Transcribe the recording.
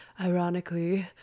ironically